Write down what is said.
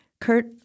Kurt